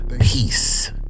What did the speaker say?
Peace